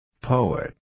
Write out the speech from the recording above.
Poet